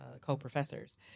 co-professors